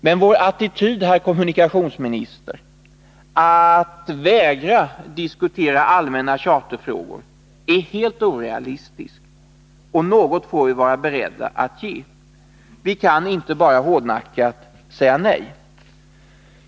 Men vår attityd, herr kommunikationsminister, att vägra diskutera allmänna charterfrågor är helt orealistisk, och något får vi vara beredda att ge. Vi kan inte bara hårdnackat säga nej.